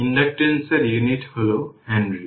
ইন্ডাকট্যান্সের unit হল Henry